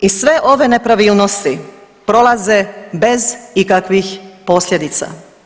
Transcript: I sve ove nepravilnosti prolaze bez ikakvih posljedica.